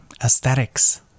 aesthetics